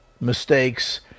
mistakes